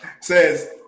Says